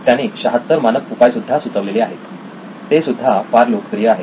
त्याने 76 मानक उपाय सुद्धा सुचवलेले आहेत ते सुद्धा फार लोकप्रिय आहेत